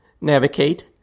navigate